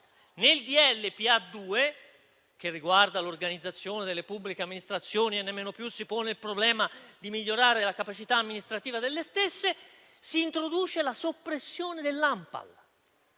PA, che riguarda l'organizzazione delle pubbliche amministrazioni e nemmeno più si pone il problema di migliorare la capacità amministrativa delle stesse, si introduce la soppressione dell'ANPAL